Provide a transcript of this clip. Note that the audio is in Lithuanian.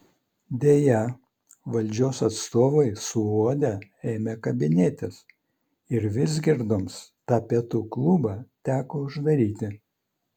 deja valdžios atstovai suuodę ėmė kabinėtis ir vizgirdoms tą pietų klubą teko uždaryti